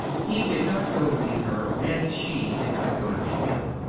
he did not go to meet her, and she did not go to meet him.